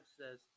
says